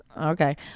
okay